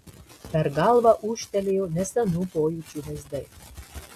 per galvą ūžtelėjo nesenų pojūčių vaizdai